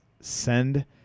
send